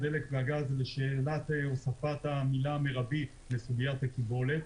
הדלק והגז לשאלת הוספת המילה המירבית לסוגית הקיבולת.